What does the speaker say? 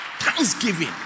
Thanksgiving